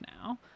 now